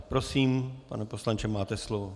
Prosím, pane poslanče, máte slovo.